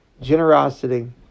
generosity